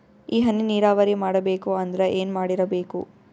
ಈ ಹನಿ ನೀರಾವರಿ ಮಾಡಬೇಕು ಅಂದ್ರ ಏನ್ ಮಾಡಿರಬೇಕು?